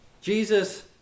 Jesus